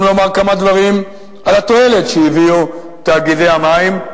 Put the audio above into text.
גם לומר כמה דברים על התועלת שהביאו תאגידי המים.